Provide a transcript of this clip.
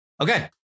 Okay